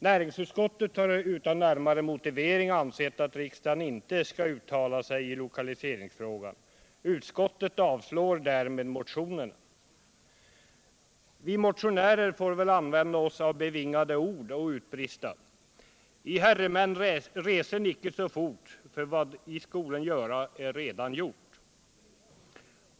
Näringsutskottet har utan närmare motivering anfört att riksdagen inte bör uttala sig i lokaliseringsfrågan. Utskottet avstyrker därmed motionerna. Vi motionärer får väl använda bevingade ord och utbrista: I herremän resen icke så fort, vad I skolen göra är redan gjort!